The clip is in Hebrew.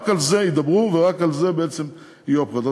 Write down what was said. רק על זה ידברו ורק על זה יהיו הבחירות.